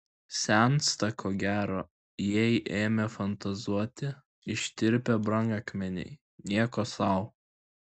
sensta ko gero jei ėmė fantazuoti ištirpę brangakmeniai nieko sau